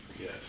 Yes